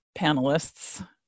panelists